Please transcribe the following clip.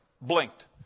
blinked